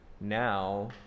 now